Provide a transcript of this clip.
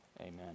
Amen